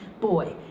Boy